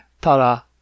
Tara